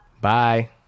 Bye